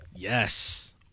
Yes